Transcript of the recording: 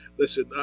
Listen